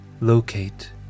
locate